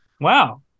Wow